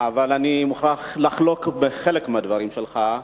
אבל אני מוכרח לחלוק על חלק מהדברים שלך.